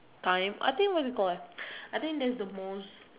time I think what's it call I think that's the most